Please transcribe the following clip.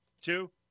two